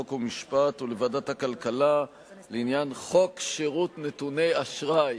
חוק ומשפט ולוועדת הכלכלה לעניין חוק שירות נתוני אשראי: